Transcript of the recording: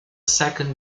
second